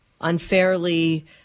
unfairly